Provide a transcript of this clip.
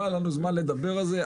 לא היה לנו זמן לדבר על זה.